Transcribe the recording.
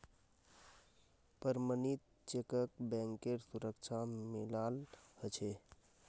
प्रमणित चेकक बैंकेर सुरक्षा मिलाल ह छे